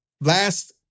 Last